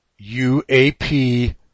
UAP